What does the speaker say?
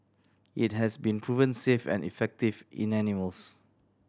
it has been proven safe and effective in animals